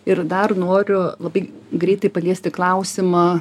ir dar noriu labai greitai paliesti klausimą